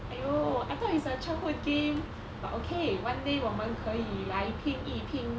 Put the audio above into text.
!aiyo! I thought it's a childhood game but okay one day 我们可以来拼一拼